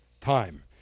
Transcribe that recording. time